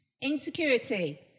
Insecurity